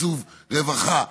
בתקצוב רווחה דיפרנציאלי.